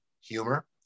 humor